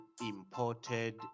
imported